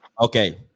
Okay